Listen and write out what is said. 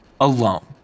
Alone